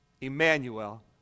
Emmanuel